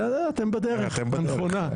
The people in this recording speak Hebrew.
אתם בדרך הנכונה.